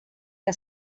que